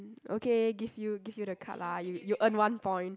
okay give you give you the card lah you you earn one point